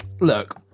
Look